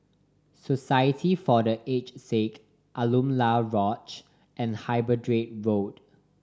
Society for The Aged Sick Alaunia Lodge and Hyderabad Road